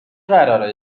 قراره